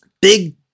big